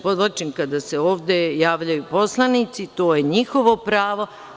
Podvlačim, kada se ovde javljaju poslanici, to je njihovo pravo.